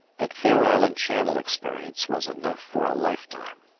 that fair island channel experience was enough for a lifetime.